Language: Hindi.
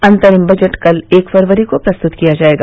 अंतरिम बजट कल एक फरवरी को प्रस्तुत किया जाएगा